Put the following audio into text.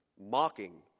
mocking